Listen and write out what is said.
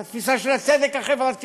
את התפיסה של הצדק החברתי,